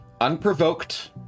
unprovoked